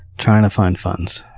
trying to find funds,